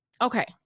okay